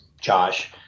Josh